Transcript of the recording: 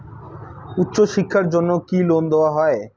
উচ্চশিক্ষার জন্য কি লোন দেওয়া হয়?